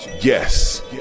Yes